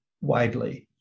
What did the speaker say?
widely